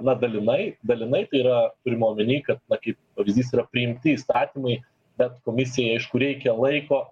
na dalinai dalinai tai yra turima omeny kad va kaip pavyzdys yra priimti įstatymai bet komisijai aišku reikia laiko